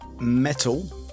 Metal